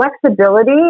flexibility